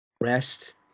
rest